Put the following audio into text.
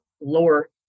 lower